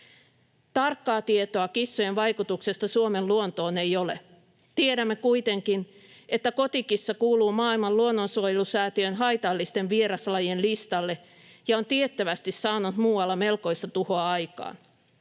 Tarkkaa tietoa kissojen vaikutuksesta Suomen luontoon ei ole. Tiedämme kuitenkin, että kotikissa kuuluu maailman luonnonsuojelusäätiön haitallisten vieraslajien listalle ja on tiettävästi saanut muualla melkoista tuhoa aikaan.